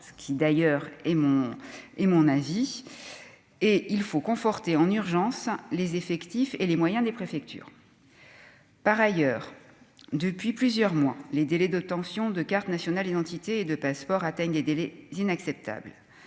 ce qui d'ailleurs et mon et mon avis et il faut conforter en urgence les effectifs et les moyens des préfectures par ailleurs depuis plusieurs mois, les délais de tension de carte nationale d'identité et de passeport atteignent les délais inacceptables